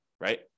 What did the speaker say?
right